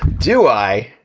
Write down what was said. do i?